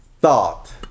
thought